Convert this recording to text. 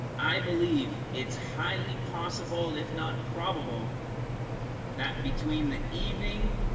i believe it's highly possible if not probable that between the evening